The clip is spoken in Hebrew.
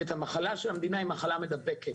את המחלה של המדינה היא מחלה מדבקת,